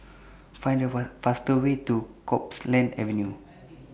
Find The fast Way to Copeland Avenue